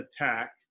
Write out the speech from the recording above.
attack